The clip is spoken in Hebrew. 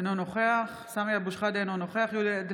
אינו נוכח סמי אבו שחאדה, אינו נוכח